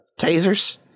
tasers